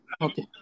Okay